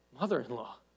mother-in-law